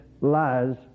lies